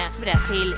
Brasil